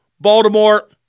Baltimore